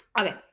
Okay